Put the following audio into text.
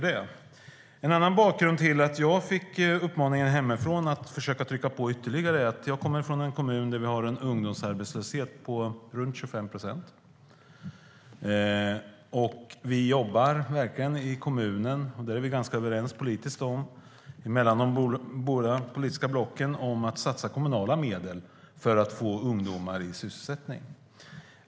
En annan bakgrund är att jag fick uppmaningar hemifrån att försöka trycka på ytterligare. Jag kommer från en kommun där vi har en ungdomsarbetslöshet på runt 25 procent. I kommunen är vi ganska överens mellan de båda politiska blocken om att satsa kommunala medel för att få ungdomar i sysselsättning.